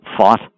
fought